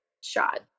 shot